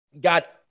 got